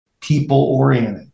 people-oriented